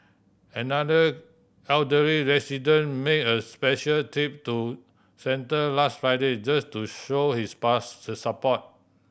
another elderly resident made a special trip to centre last Friday just to show his support